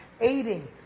aiding